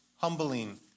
humbling